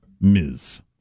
Ms